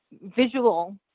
visual